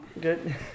Good